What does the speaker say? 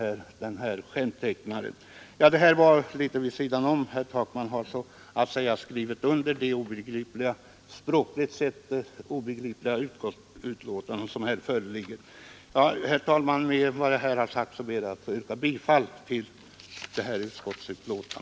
Nå, detta var så att säga litet vid sidan om. Herr Takman har skrivit under det enligt hans mening språkligt sett obegripliga utskottsbetänkande som här föreligger. Herr talman! Med vad jag här sagt ber jag att få yrka bifall till utskottets hemställan.